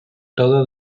todo